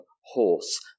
horse